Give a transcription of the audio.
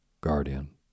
guardian